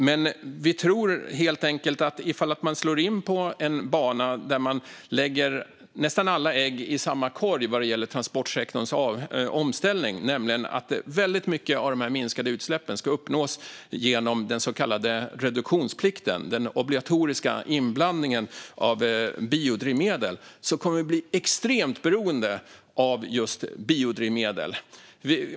Men vi tror helt enkelt att om man slår in på en bana där man lägger nästan alla ägg i samma korg vad gäller transportsektorns omställning, nämligen att väldigt mycket av de minskade utsläppen ska uppnås genom den så kallade reduktionsplikten, alltså den obligatoriska inblandningen av biodrivmedel, kommer vi att bli extremt beroende av just biodrivmedel.